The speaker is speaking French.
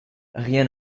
rien